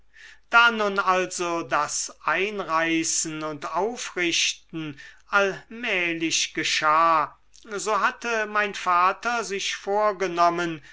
da nun also das einreißen und aufrichten allmählich geschah so hatte mein vater sich vorgenommen